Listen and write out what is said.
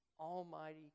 almighty